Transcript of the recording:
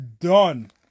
Done